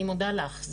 אני מודה לך,